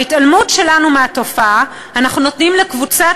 בהתעלמות שלנו מהתופעה אנחנו נותנים לקבוצת